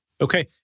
Okay